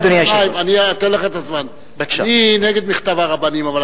אדוני היושב-ראש.